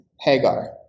Hagar